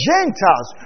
Gentiles